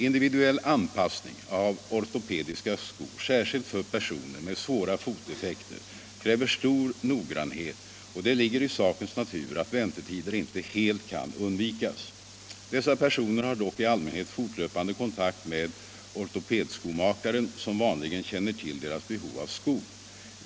Individuell anpassning av ortopediska skor, särskilt för personer med svåra fotdefekter, kräver stor noggrannhet, och det ligger i sakens natur att väntetider inte helt kan undvikas. Dessa personer har dock i allmänhet fortlöpande kontakt med ortopedskomakaren, som vanligen känner till deras behov av skor.